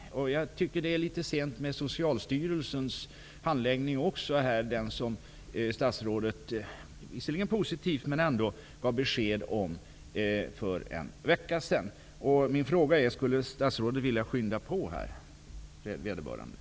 Jag tycker att Socialstyrelsens handläggning som statsrådet gav besked om för en vecka sedan, vilket visserligen var positivt, har varit litet långsam. Min fråga är: Skulle statsrådet vilja skynda på handläggningen?